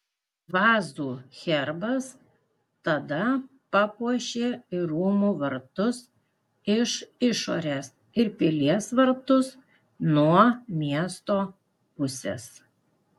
vazų herbas tada papuošė ir rūmų vartus iš išorės ir pilies vartus nuo miesto pusės